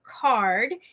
card